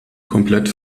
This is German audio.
komplett